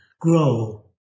grow